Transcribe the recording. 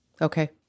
Okay